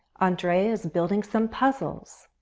andreia is building some puzzles.